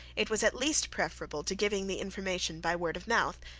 it was at least preferable to giving the information by word of mouth,